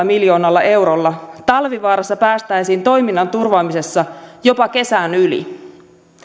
miljoonalla eurolla talvivaarassa päästäisiin toiminnan turvaamisessa jopa kesän yli